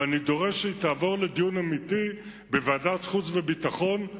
ואני דורש שהיא תעבור לדיון אמיתי בוועדת החוץ והביטחון,